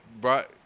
brought